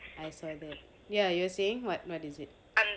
I saw that ya you were saying what what is it